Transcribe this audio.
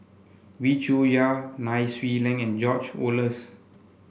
Wee Cho Yaw Nai Swee Leng and George Oehlers